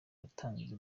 watanze